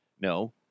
No